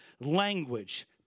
language